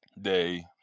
day